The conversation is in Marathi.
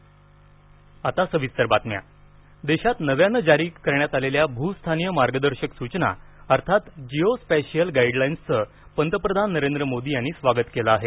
भस्थानीय मार्गदर्शक सचना देशात नव्यानं जारी करण्यात आलेल्या भूस्थानीय मार्गदर्शक सूचना अर्थात जीओस्पॅशिअल गाईडलाईन्सचं पंतप्रधान नरेंद्र मोदी यांनी स्वागत केलं आहे